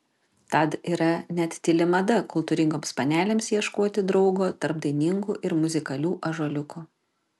tad yra net tyli mada kultūringoms panelėms ieškoti draugo tarp dainingų ir muzikalių ąžuoliukų